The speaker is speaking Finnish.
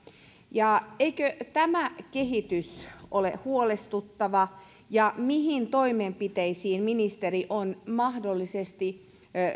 eikö tämä kehitys ole huolestuttava ja mihin toimenpiteisiin ministeri on mahdollisesti